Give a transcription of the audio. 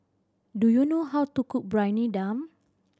do you know how to cook Briyani Dum